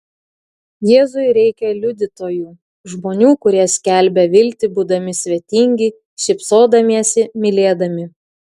jėzui reikia liudytojų žmonių kurie skelbia viltį būdami svetingi šypsodamiesi mylėdami